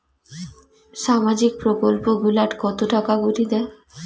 সামাজিক প্রকল্প গুলাট কত টাকা করি দেয়?